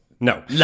No